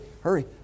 hurry